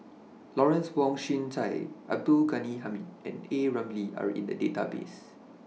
Lawrence Wong Shyun Tsai Abdul Ghani Hamid and A Ramli Are in The Database